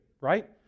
right